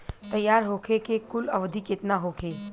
तैयार होखे के कुल अवधि केतना होखे?